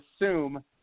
assume